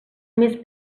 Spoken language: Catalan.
més